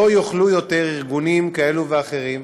לא יוכלו יותר ארגונים כאלה ואחרים,